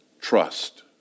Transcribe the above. Trust